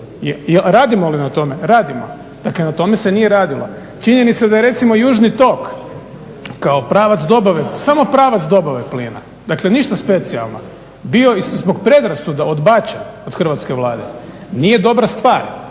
Radimo li na tome? Radimo. Dakle, na tome se nije radilo. Činjenica da je recimo južni tok kao pravac dobave, samo pravac dobave plina, dakle ništa specijalno bio zbog predrasuda odbačen od hrvatske Vlade, nije dobra stvar.